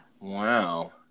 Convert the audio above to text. Wow